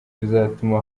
bizatuma